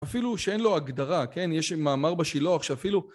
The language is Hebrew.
אפילו שאין לו הגדרה כן יש מאמר בשילוח שאפילו